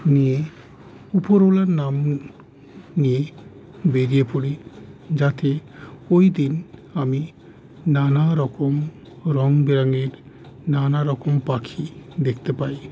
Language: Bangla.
নিয়ে উপরওলার নাম নিয়ে বেরিয়ে পড়ি যাতে ওই দিন আমি নানা রকম রঙ বেরঙের নানা রকম পাখি দেখতে পাই